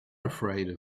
afraid